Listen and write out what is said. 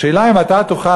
השאלה היא אם אתה תוכל,